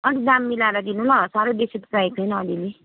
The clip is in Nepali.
अन्त दाम मिलाएर दिनु ल साह्रै बेसी त चाहिएको छैन अलिअलि